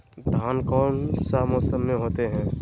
धान कौन सा मौसम में होते है?